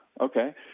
okay